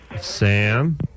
Sam